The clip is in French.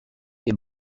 est